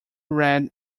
read